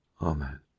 Amen